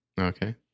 Okay